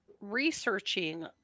researching